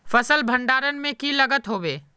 फसल भण्डारण में की लगत होबे?